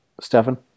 Stefan